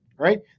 right